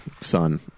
son